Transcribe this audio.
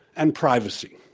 and privacy.